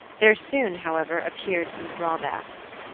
there soon, however, appeared some drawbacks.